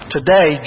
Today